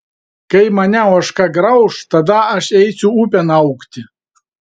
kai mane ožka grauš tada aš eisiu upėn augti